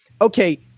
okay